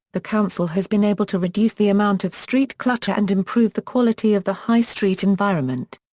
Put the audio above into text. the council has been able to reduce the amount of street clutter and improve the quality of the high street environment.